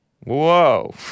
Whoa